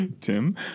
Tim